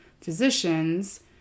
physicians